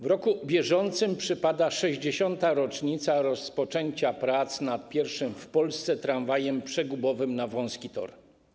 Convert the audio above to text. W roku bieżącym przypada 60. rocznica rozpoczęcia prac nad pierwszym w Polsce tramwajem przegubowym na wąski tor.